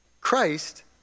Christ